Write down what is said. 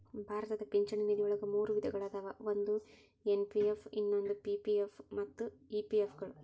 ಭಾರತದ ಪಿಂಚಣಿ ನಿಧಿವಳಗ ಮೂರು ವಿಧಗಳ ಅದಾವ ಒಂದು ಎನ್.ಪಿ.ಎಸ್ ಇನ್ನೊಂದು ಪಿ.ಪಿ.ಎಫ್ ಮತ್ತ ಇ.ಪಿ.ಎಫ್ ಗಳು